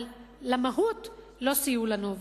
אבל למהות לא סייעו לנו.